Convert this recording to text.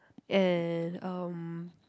and um